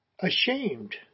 ashamed